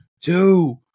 two